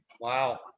wow